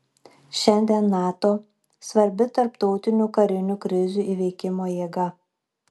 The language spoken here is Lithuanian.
šiandien nato svarbi tarptautinių karinių krizių įveikimo jėga